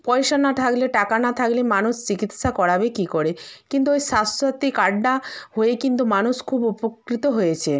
পয়সা না থাকলে টাকা না থাকলে মানুষ চিকিৎসা করাবে কী করে কিন্তু ওই স্বাস্থ্যসাথী কার্ডটা হয়ে কিন্তু মানুষ খুব উপকৃত হয়েছে